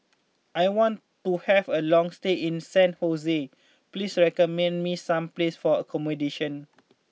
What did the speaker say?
I want to have a long stay in San Jose please recommend me some places for accommodation